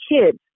kids